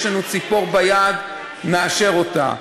יש לנו ציפור ביד, נאשר אותה.